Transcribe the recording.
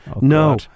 No